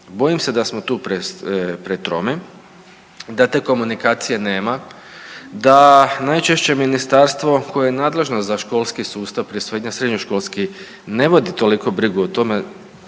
Bojim se da smo tu pretromi, da te komunikacije nema, da najčešće ministarstvo koje je nadležno za školski sustav, prije svega srednjoškolski ne vodi toliko brigu o tome,